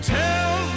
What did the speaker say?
tell